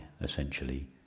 essentially